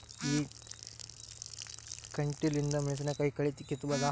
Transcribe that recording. ಈ ಕಂಟಿಲಿಂದ ಮೆಣಸಿನಕಾಯಿ ಕಳಿ ಕಿತ್ತಬೋದ?